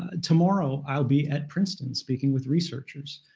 ah tomorrow, i'll be at princeton speaking with researchers,